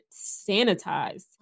sanitized